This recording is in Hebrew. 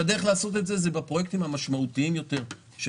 שהדרך לעשות את זה היא בפרויקטים המשמעותיים יותר,